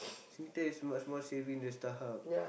Singtel is much more saving than StarHub